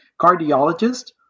cardiologist